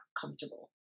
comfortable